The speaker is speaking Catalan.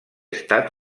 estat